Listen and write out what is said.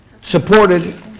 supported